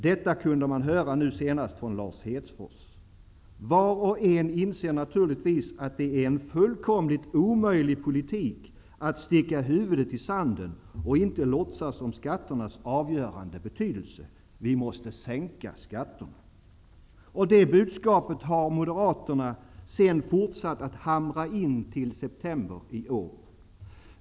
Detta kunde man höra nu senast från Lars Hedfors. Var och en inser naturligtvis att det är en fullkomligt omöjlig politik att sticka huvudet i sanden och inte låtsas om skatternas avgörande betydelse. Vi måste sänka skatterna.'' Detta budskap har Moderaterna sedan fortsatt att hamra in fram till september i år.